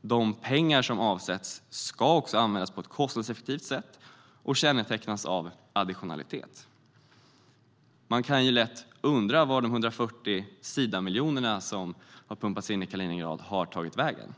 De pengar som avsätts ska användas på ett kostnadseffektivt sätt och kännetecknas av additionalitet. Man kan lätt undra var de 140 Sidamiljoner som har pumpats in i Kaliningrad har tagit vägen.